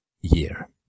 year